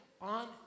on